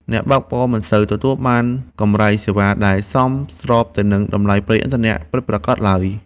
អ្នកបើកបរមិនសូវទទួលបានកម្រៃសេវាដែលសមស្របទៅនឹងតម្លៃប្រេងឥន្ធនៈពិតប្រាកដឡើយ។